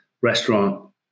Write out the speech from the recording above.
restaurant